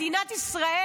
מדינת ישראל,